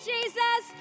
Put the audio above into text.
Jesus